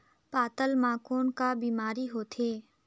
पातल म कौन का बीमारी होथे?